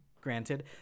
granted